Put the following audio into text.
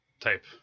type